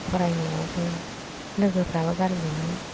फरायनायावबो लोगोफ्राबो गारजि नङामोन